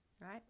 right